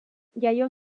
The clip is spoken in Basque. jaio